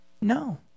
No